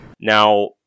Now